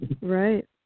Right